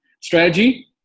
Strategy